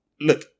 look